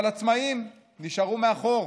אבל עצמאים נשארו מאחור?